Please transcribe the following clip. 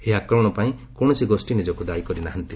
ଏହି ଆକ୍ରମଣ ପାଇଁ କୌଣସି ଗୋଷ୍ଠୀ ନିଜକୁ ଦାୟୀ କରିନାହାନ୍ତି